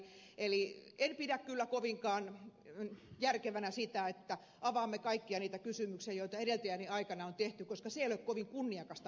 eli en pidä kyllä kovinkaan järkevänä sitä että avaamme kaikkia niitä kysymyksiä joita edeltäjäni aikana on tehty koska siellä ei ole kovin kunniakasta listattavaa